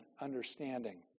understanding